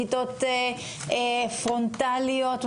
כיתות פרונטליות.